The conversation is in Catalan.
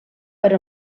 per